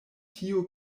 tiu